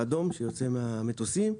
האדום שיוצא ממטוסים.